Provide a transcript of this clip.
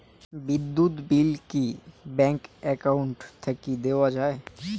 বিদ্যুৎ বিল কি bank account থাকি দেওয়া য়ায়?